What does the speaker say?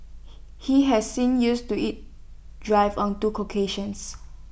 he has sing used to IT drive on two occasions